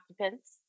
occupants